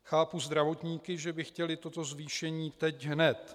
Chápu zdravotníky, že by chtěli toto zvýšení teď hned.